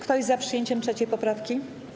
Kto jest za przyjęciem 3. poprawki?